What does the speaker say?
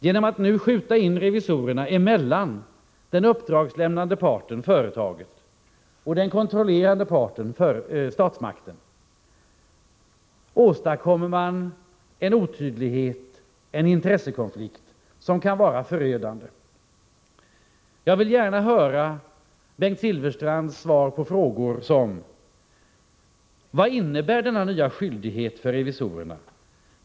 Genom att nu skjuta in revisorerna emellan den uppdragslämnande parten, företaget, och den kontrollerande parten, statsmakten, åstadkommer man en otydlighet, en intressekonflikt som kan vara förödande. Jag vill gärna höra Bengt Silfverstrands svar på frågor som: Vad innebär denna nya skyldighet för revisorerna?